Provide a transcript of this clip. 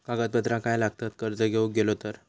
कागदपत्रा काय लागतत कर्ज घेऊक गेलो तर?